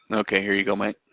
and okay, here you go mike.